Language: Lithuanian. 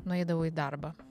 nueidavau į darbą